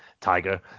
Tiger